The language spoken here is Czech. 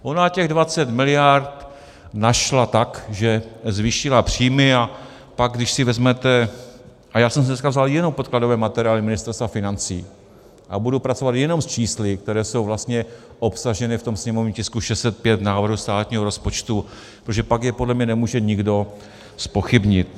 Ona těch 20 mld. našla tak, že zvýšila příjmy, a pak, když si vezmete, a já jsem si dneska vzal jenom podkladové materiály Ministerstva financí a budu pracovat jenom s čísly, která jsou vlastně obsažena ve sněmovním tisku 605, návrh státního rozpočtu, protože pak je podle mě nemůže nikdo zpochybnit.